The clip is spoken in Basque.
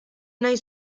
nahi